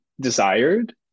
desired